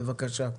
בבקשה.